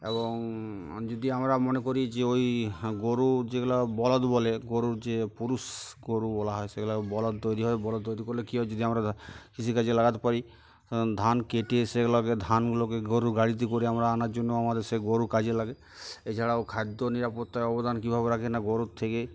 এবং যদি আমরা মনে করি যে ওই গরু যেগুলো বলদ বলে গরুর যে পুরুষ গরু বলা হয় সেগুলো বলদ তৈরি হয় বলদ তৈরি করলে কী হয় যদি আমরা কৃষিকাজে লাগাতে পারি ধান কেটে সেগুলোকে ধানগুলোকে গরুর গাড়িতে করে আমরা আনার জন্য আমাদের সে গরুর কাজে লাগে এছাড়াও খাদ্য নিরাপত্তার অবদান কীভাবে রাখে না গরুর থেকে